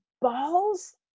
Balls